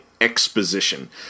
exposition